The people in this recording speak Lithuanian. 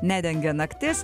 nedengia naktis